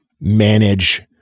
manage